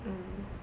mm